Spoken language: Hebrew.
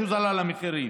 יש הורדה במחירים.